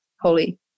holy